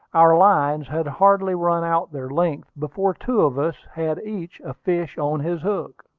our lines had hardly run out their length before two of us had each a fish on his hook.